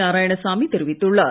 நாராயணசாமி தெரிவித்துள்ளார்